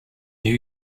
new